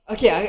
Okay